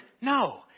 No